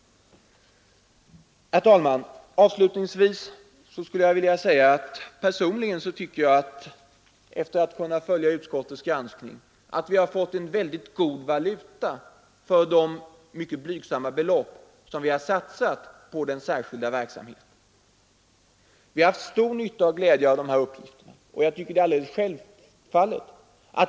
Herr talman! Avslutningsvis vill jag säga att jag ju har fått följa utskottets granskningsarbete, och har den uppfattningen att vi har fått god valuta för det mycket blygsamma belopp vi har satsat på den särskilda verksamheten. Vi har haft stor nytta och glädje av de insamlade uppgifterna.